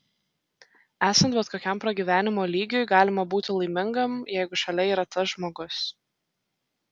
esant bet kokiam pragyvenimo lygiui galima būti laimingam jeigu šalia yra tas žmogus